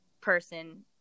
person